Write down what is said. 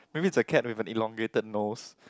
maybe it's a cat with an elongated nose